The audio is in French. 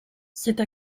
cette